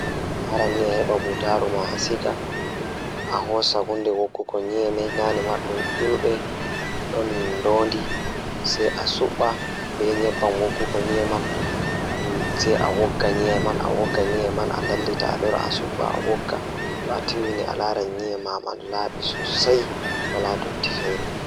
Jokkondir toothbrush ngam sabu, miɗo waawi njiddude paste walla tooth paste. Njidi pastin e toothbrush ngal, hokkondir ñaawoore ngal ko joom. Waawataa njiddaade ndaarayde, njillataa daɗɗi sabu ñaawoore ngal heɓa njiddaade. Miɗo waawaa njiddaade be nder hawrde ngal ko njillataa moƴƴaare. Njiddere, hokka toothpaste he hawrde ngal sabu njiddaade baɗi ngal.